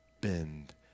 bend